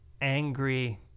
angry